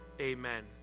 Amen